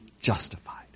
justified